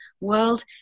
world